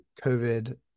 COVID